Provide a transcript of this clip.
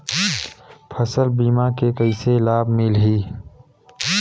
फसल बीमा के कइसे लाभ मिलही?